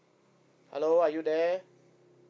hello are you there